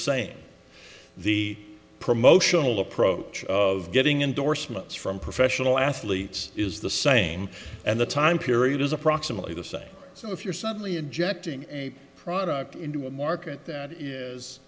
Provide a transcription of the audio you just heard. same the promotional approach of getting indorsements from professional athletes is the same and the time period is approximately the same so if you're suddenly injecting a product into a market that is